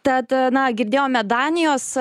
tad na girdėjome danijos